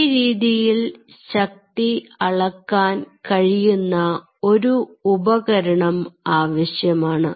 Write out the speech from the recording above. ഈ രീതിയിൽ ശക്തി അളക്കാൻ കഴിയുന്ന ഒരു ഉപകരണം ആവശ്യമാണ്